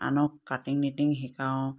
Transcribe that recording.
আনক cutting knitting শিকাওঁ